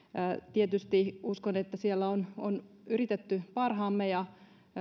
tietysti uskon että siellä on on yritetty parhaansa ja